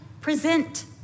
present